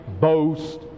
boast